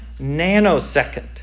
nanosecond